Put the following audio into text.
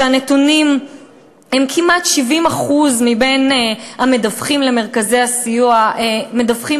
שהנתונים הם שכמעט 70% מבין המדווחים למרכזי הסיוע מדווחים